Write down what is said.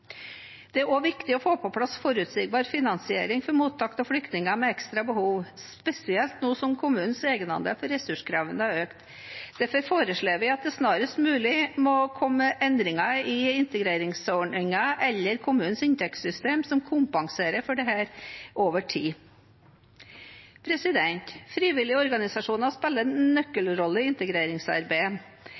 Det er også viktig å få på plass forutsigbar finansiering for mottak av flyktninger med ekstra behov, spesielt nå som kommunenes egenandel for ressurskrevende tjenester har økt. Derfor foreslår vi at det snarest mulig må komme endringer i integreringsordningen eller kommunenes inntektssystem som kompenserer for dette over tid. Frivillige organisasjoner spiller en nøkkelrolle i integreringsarbeidet.